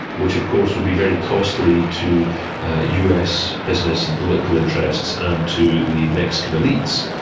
which of course would be very costly to us business and political interests and to the mexican elites.